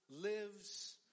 lives